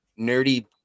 nerdy